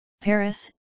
Paris